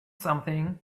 something